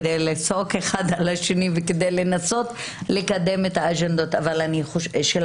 כדי לצעוק אחד על השני וכדי לנסות לקדם את האג'נדות שלנו.